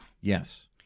Yes